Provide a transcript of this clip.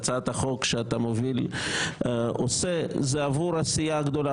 הרי השינוי המהותי שהצעת החוק שאתה מוביל עושה זה עבור הסיעה הגדולה,